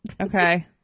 Okay